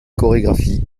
chorégraphie